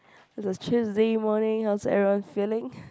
it's a Tuesday morning how's everyone feeling